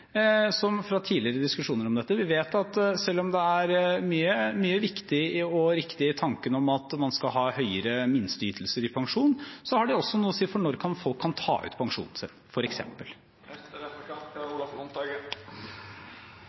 fra tidligere diskusjoner om dette: Vi vet at selv om det er mye viktig og riktig i tanken om at man skal høyere minsteytelser i pensjon, så har det også noe å si for når folk kan ta ut pensjonen